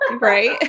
Right